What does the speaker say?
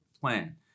plan